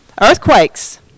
earthquakes